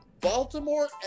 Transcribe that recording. Baltimore